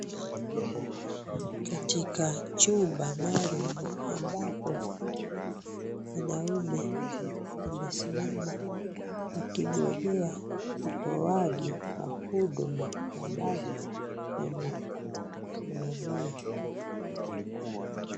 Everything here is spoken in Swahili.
Katika chumba maalum ambapo wanaume wakesimama wakigojea utoaji wa huduma ambazo wamesimamia.